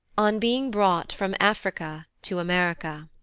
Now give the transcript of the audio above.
on being brought from africa to america.